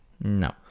No